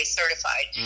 certified